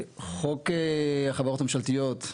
חוק החברות הממשלתיות,